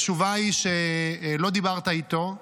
התשובה היא שלא דיברת איתו,